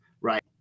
right